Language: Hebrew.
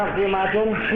גם בעולם.